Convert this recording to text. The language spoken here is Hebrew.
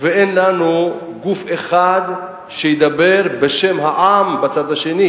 ואין לנו גוף אחד שידבר בשם העם בצד השני.